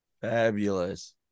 Fabulous